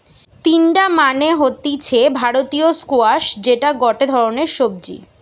তিনডা মানে হতিছে ভারতীয় স্কোয়াশ যেটা গটে ধরণের সবজি